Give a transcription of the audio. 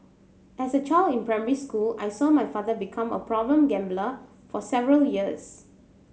as a child in primary school I saw my father become a problem gambler for several years